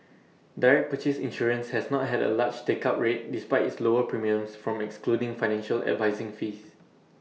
direct purchase insurance has not had A large take up rate despite its lower premiums from excluding financial advising fees